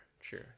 sure